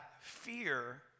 fear